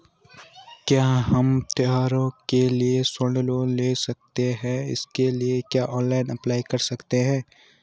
क्या हम त्यौहारों के लिए स्वर्ण लोन ले सकते हैं इसके लिए क्या ऑनलाइन अप्लाई कर सकते हैं?